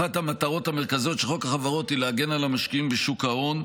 אחת המטרות המרכזיות של חוק החברות היא להגן על המשקיעים בשוק ההון,